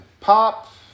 pop